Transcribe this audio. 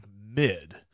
mid